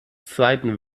zweiten